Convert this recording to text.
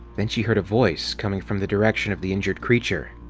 then she heard a voice coming from the direction of the injured creature.